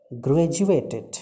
graduated